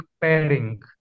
pairing